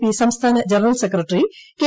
P സംസ്ഥാന general secretary K